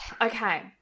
okay